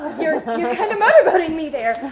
you're kinda motor-boating me there.